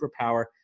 superpower